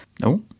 no